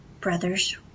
brother's